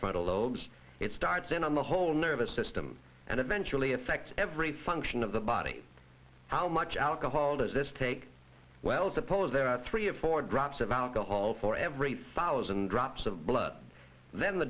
frontal lobes it starts in on the whole nervous system and eventually affects every function of the body how much alcohol does this take well suppose there are three or four drops of alcohol for every thousand drops of blood then the